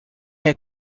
has